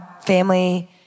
family